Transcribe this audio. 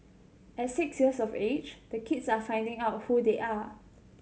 at six years of age the kids are finding out who they are